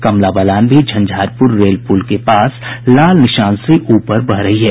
कमला बलान भी झंझारपुर रेल पूल के पास लाल निशान से ऊपर बह रही है